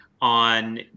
on